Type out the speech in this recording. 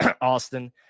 Austin